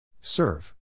Serve